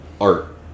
art